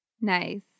Nice